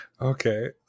Okay